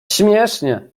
śmiesznie